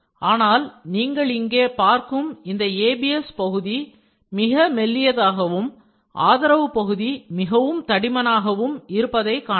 ஆனால் நீங்கள் இங்கே பார்க்கும் இந்தABS பகுதி மிக மெல்லியதாகவும் ஆதரவு பகுதி மிகவும் தடிமனாகவும் இருப்பதை காணலாம்